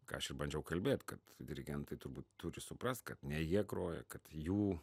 ką aš ir bandžiau kalbėt kad dirigentai turbūt turi suprast kad ne jie groja kad jų